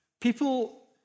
people